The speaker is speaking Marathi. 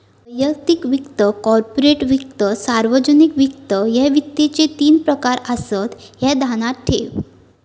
वैयक्तिक वित्त, कॉर्पोरेट वित्त, सार्वजनिक वित्त, ह्ये वित्ताचे तीन प्रकार आसत, ह्या ध्यानात ठेव